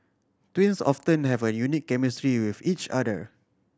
twins often have a unique chemistry with each other